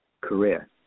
career